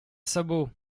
sabot